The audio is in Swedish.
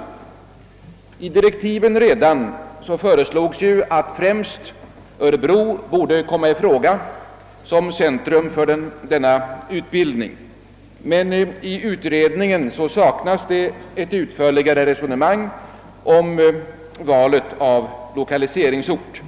Redan i direktiven föreslogs att främst Örebro borde komma i fråga som centrum för den utbildning det här gäller, men i utredningen saknas ett utförligare resonemang om valet av lokaliseringsort.